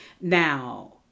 Now